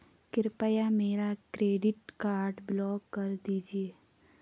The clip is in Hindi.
कृपया मेरा क्रेडिट कार्ड ब्लॉक कर दीजिए